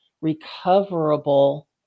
recoverable